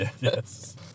Yes